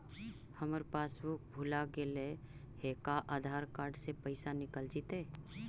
हमर पासबुक भुला गेले हे का आधार कार्ड से पैसा निकल जितै?